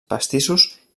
pastissos